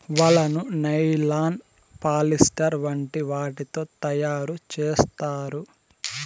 వలను nylon, polyester వంటి వాటితో తయారు చేత్తారు